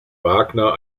wagner